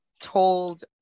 told